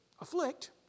afflict